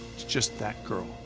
just that girl.